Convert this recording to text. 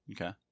Okay